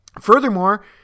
Furthermore